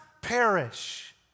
perish